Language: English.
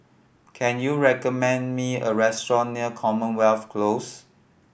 can you recommend me a restaurant near Commonwealth Close